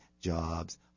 jobs